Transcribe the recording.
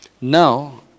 Now